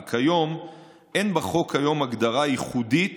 כי כיום אין בחוק הגדרה ייחודית